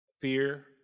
fear